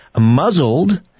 muzzled